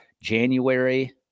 January